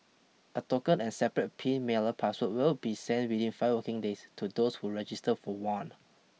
a token and separate pin mailer password will be sent within five working days to those who register for one